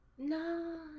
no